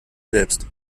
selbst